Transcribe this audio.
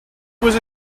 was